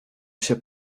się